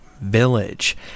village